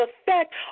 effect